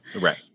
Right